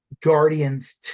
Guardians